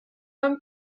homme